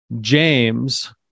James